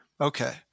Okay